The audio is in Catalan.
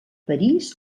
parís